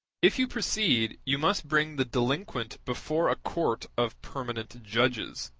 if you proceed, you must bring the delinquent before a court of permanent judges.